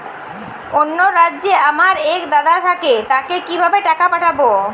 অন্য রাজ্যে আমার এক দাদা থাকে তাকে কিভাবে টাকা পাঠাবো?